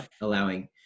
allowing